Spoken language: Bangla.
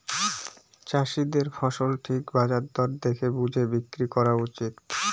চাষীদের ফসল ঠিক বাজার দর দেখে বুঝে বিক্রি করা উচিত